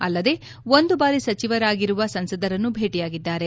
ಅಲ್ಲದೆ ಒಂದು ಬಾರಿ ಸಚಿವರಾಗಿರುವ ಸಂಸದರನ್ನೂ ಭೇಟಿಯಾಗಿದ್ದಾರೆ